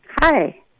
Hi